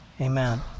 Amen